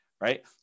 Right